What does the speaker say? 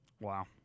Wow